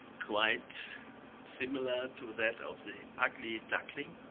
quite similar to that of the ugly duckling,